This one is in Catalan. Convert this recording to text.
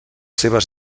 seves